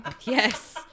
yes